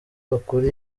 bakura